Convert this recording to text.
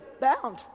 bound